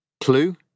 Clue